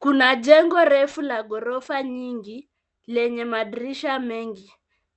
Kuna jengo refu la ghorofa nyingi lenye madirisha mengi.